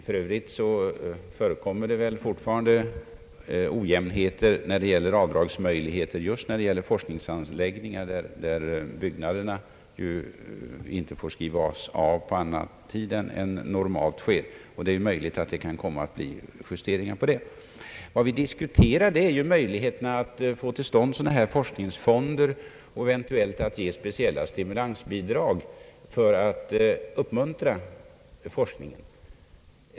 För övrigt förekommer det väl fortfarande ojämnheter i fråga om avdragsmöjligheter just när det gäller forskningsanläggningar, där byggnaderna ju inte får skrivas av på annan tid än som normalt sker. Det är möjligt att det kan komma att bli justeringar i detta avseende. Vad vi diskuterar är möjligheterna att få till stånd dylika forskningsfonder och eventuellt ge speciella stimulansbidrag för att uppmuntra forskningen.